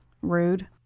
Rude